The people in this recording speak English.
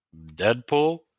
Deadpool